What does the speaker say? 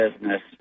business